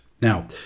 now